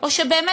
או שבאמת,